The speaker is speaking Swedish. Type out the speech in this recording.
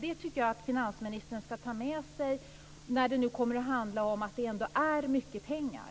Det tycker jag att finansministern skall ta med sig när det ändå kommer att handla om mycket pengar.